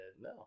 No